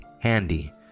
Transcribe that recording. handy